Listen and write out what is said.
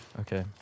Okay